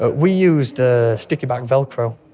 ah we used ah sticky-back velcro,